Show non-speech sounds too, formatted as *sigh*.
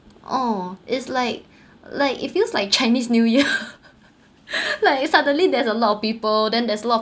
oh it's like like it feels like chinese new year *laughs* like suddenly there's a lot of people then there's a lot of